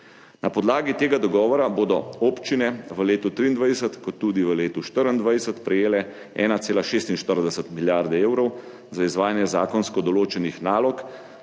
Na podlagi tega dogovora bodo občine v letu 2023 ter tudi v letu 2024 prejele 1,46 milijarde evrov za izvajanje zakonsko določenih nalog,